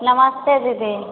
नमस्ते दीदी